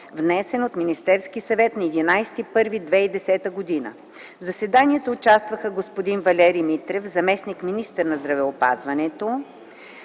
внесен от Министерски съвет на 11.01.2010 г. В заседанието участваха господин Валери Митрев, заместник-министър на здравеопазването,